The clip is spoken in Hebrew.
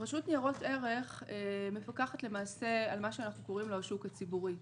רשות ניירות ערך מפקחת על מה שאנחנו קוראים לו השוק הציבורי.